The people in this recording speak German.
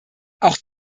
auch